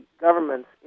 government's